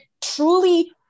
truly